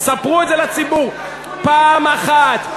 ספרו את זה לציבור, פעם אחת.